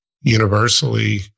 universally